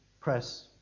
press